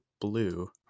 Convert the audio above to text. blue